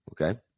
Okay